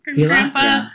Grandpa